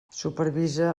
supervisa